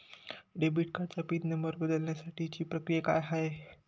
Debit कार्डचा PIN number बदलण्यासाठीची प्रक्रिया काय आहे?